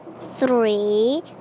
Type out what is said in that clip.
three